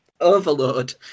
overload